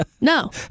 No